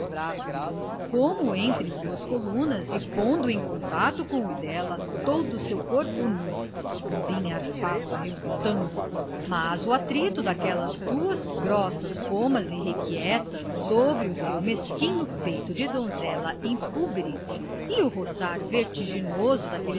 braços como entre duas colunas e pondo em contacto com o dela todo o seu corpo nu pombinha arfava relutando mas o atrito daquelas duas grossas pomas irrequietas sobre seu mesquinho peito de donzela impúbere e o rogar vertiginoso